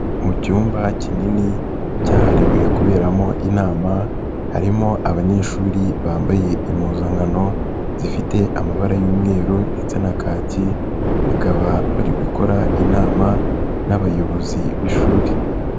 Mu cyumba kinini cyahariwe kuberamo inama harimo abanyeshuri bambaye impuzankano zifite amabara y'umweru ndetse na kaki, bakaba bari gukora inama n'abayobozi b'ishuri.